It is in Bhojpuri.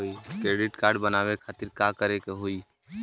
क्रेडिट कार्ड बनवावे खातिर का करे के होई?